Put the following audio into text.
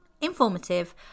informative